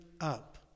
up